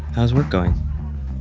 how's work going?